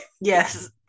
Yes